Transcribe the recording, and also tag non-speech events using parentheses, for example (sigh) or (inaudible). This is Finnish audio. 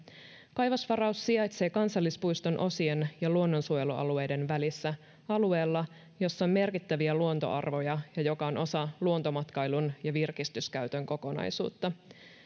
kaivosvaraus sijaitsee kansallispuiston osien (unintelligible) (unintelligible) ja luonnonsuojelualueiden välissä alueella (unintelligible) jossa on merkittäviä luontoarvoja (unintelligible) ja joka on osa luontomatkailun (unintelligible) ja virkistyskäytön kokonaisuutta